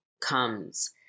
comes